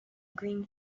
green